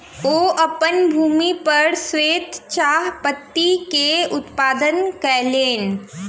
ओ अपन भूमि पर श्वेत चाह पत्ती के उत्पादन कयलैन